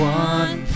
one